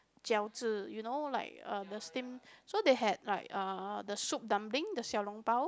饺子 you know like uh the steam so they had like uh the soup dumpling the Xiao-Long-Bao